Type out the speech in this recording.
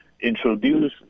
introduce